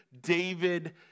David